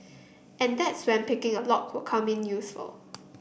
and that's when picking a lock will come in useful